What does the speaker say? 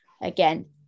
Again